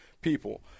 people